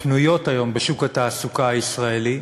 הפנויות היום בשוק התעסוקה הישראלי,